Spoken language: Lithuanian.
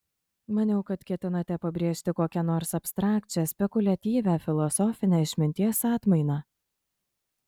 maniau kad ketinate pabrėžti kokią nors abstrakčią spekuliatyvią filosofinę išminties atmainą